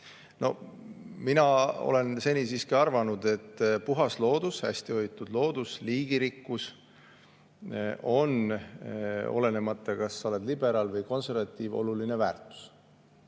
arvan. Mina olen seni siiski arvanud, et puhas loodus, hästi hoitud loodus, liigirikkus, olenemata sellest, kas sa oled liberaal või konservatiiv, on oluline väärtus.